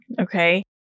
Okay